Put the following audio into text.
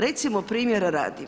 Recimo primjera radi,